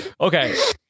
Okay